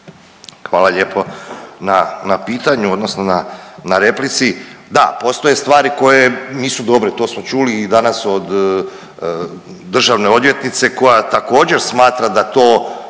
Hvala lijepo na pitanju odnosno na replici. Da, postoje stvari koje nisu dobre, to smo čuli i danas od državne odvjetnica koja također, smatra da to